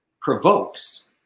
provokes